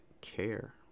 care